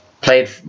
Played